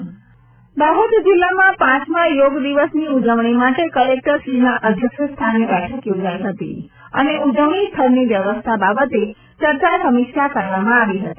દાહોદ યોગ દાહોદ જિલ્લામાં પાંચમા યોગ દિવસની ઉજવણી માટે કલેક્ટરશ્રીના અધ્યક્ષ સ્થાને બેઠક યોજાઇ હતી અને ઉજવણી સ્થળની વ્યવસ્થા બાબતે ચર્ચા સમીક્ષા કરવામાં આવી હતી